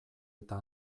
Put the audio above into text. eta